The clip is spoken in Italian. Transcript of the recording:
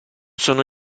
sono